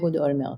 אהוד אולמרט